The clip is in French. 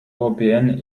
européenne